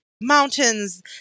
mountains